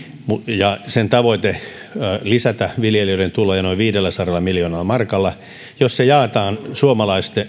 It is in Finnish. ja sen tavoite lisätä viljelijöiden tuloja noin viidelläsadalla miljoonalla markalla eurolla jos se jaetaan suomalaisten